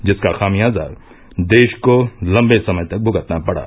जिसका खामियाजा देश को लम्बे समय तक भ्गतना पड़ा